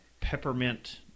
peppermint